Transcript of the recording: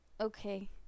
okay